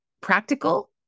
practical